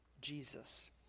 Jesus